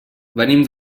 venim